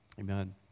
amen